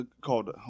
called